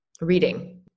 reading